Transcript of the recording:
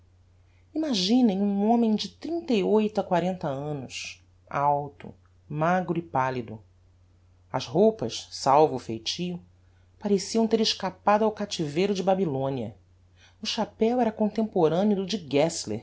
imaginem um homem de trinta e oito a quarenta annos alto magro e pallido as roupas salvo o feitio pareciam ter escapado ao captiveiro de babylonia o chapéu era contemporaneo do de